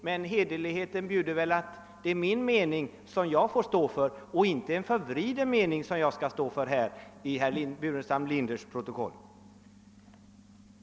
Men hederligheten bjuder väl att jag får stå för min mening och inte för en förvriden mening i herr Burenstam Linders protokoll.